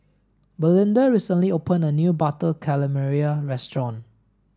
belinda recently opened a new butter calamari restaurant